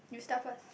you start first